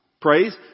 Praise